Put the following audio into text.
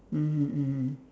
mmhmm mmhmm